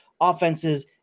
offenses